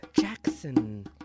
Jackson